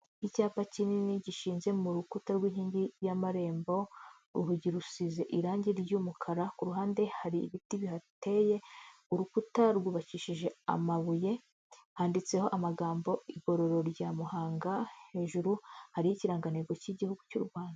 Icyapa kinini gishinze mu rukuta rw'inkingi y'amarembo, urugi rusize irangi ry'umukara, ku ruhande hari ibiti bihateye, urukuta rwubakishije amabuye, handitseho amagambo igororo rya Muhanga hejuru hari ikirangantego k'Igihugu cy'u Rwanda.